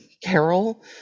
Carol